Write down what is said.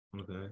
Okay